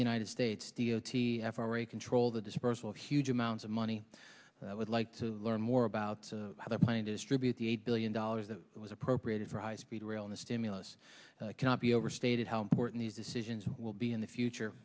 the united states d o t f r a control the dispersal of huge amounts of money i would like to learn more about how they're planning to distribute the eight billion dollars that was appropriated for high speed rail in the stimulus cannot be overstated how important these decisions will be in the future